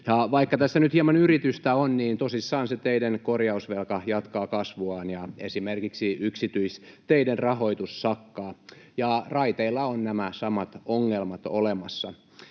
Vaikka tässä nyt hieman yritystä on, niin tosissaan se teiden korjausvelka jatkaa kasvuaan ja esimerkiksi yksityisteiden rahoitus sakkaa ja raiteilla ovat nämä samat ongelmat olemassa.